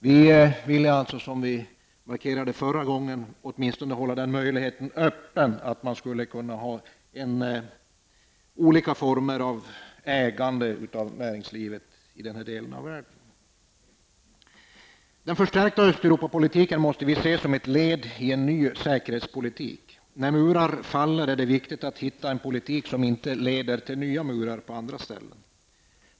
Vi vill alltså, som vi markerade förra gången, åtminstone hålla möjligheten öppen för olika former av ägande i näringslivet i denna del av världen. Den förstärkta Östeuropapolitiken måste ses som ett led i en ny säkerhetspolitik. När murar faller är det viktigt att hitta en politik som inte leder till nya murar på andra ställen.